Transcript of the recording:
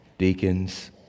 deacons